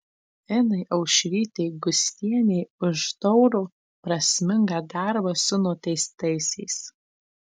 inai aušrytei gustienei už taurų prasmingą darbą su nuteistaisiais